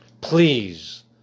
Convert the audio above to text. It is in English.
Please